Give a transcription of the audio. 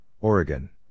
Oregon